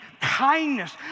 kindness